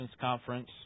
conference